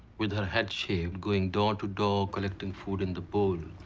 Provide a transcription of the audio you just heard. with her head shaved, going door to door, collecting food in the bowl.